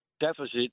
deficit